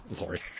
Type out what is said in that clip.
Lori